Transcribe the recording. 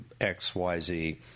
XYZ